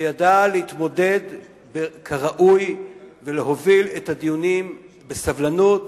וידע להתמודד כראוי ולהוביל את הדיונים בסבלנות,